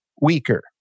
weaker